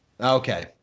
Okay